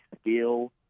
skill